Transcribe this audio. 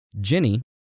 Jenny